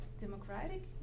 democratic